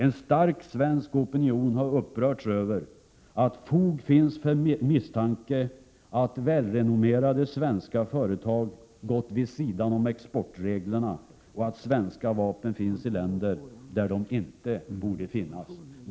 En stark svensk opinion har upprörts över att fog finns för misstanke att välrenommerade svenska företag gått vid sidan om exportreglerna och att svenska vapen finns i länder där de inte borde finnas.